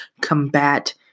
combat